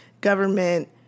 government